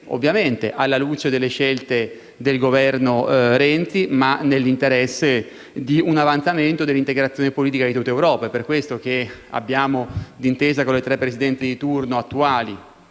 ovviamente alla luce delle scelte del Governo Renzi, ma nell'interesse di un avanzamento dell'integrazione politica di tutta l'Europa. È per questo che, d'intesa con le tre Presidenze di turno attuali